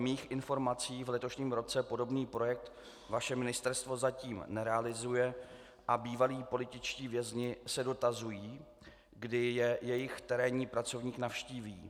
Podle mých informací v letošním roce podobný projekt vaše ministerstvo zatím nerealizuje a bývalí političtí vězni se dotazují, kdy je jejich terénní pracovník navštíví.